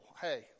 hey